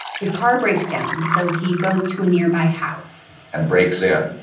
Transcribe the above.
his car breaks down, so he goes to a nearby house, and breaks in,